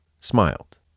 smiled